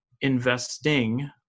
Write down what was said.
investing